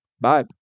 Bye